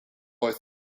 thought